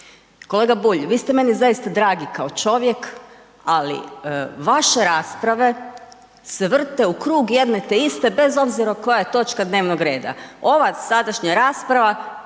Kolega Bulj vi ste meni zaista dragi kao čovjek, ali vaše rasprave se vrte u krug jedne te iste bez obzira koja je točka dnevnog reda. Ova sadašnja rasprava